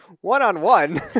One-on-one